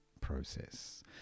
process